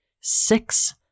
six